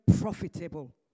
profitable